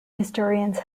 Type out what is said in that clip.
historians